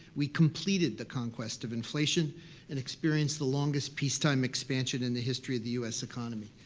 we completed the conquest of inflation and experienced the longest peace time expansion in the history of the u s. economy.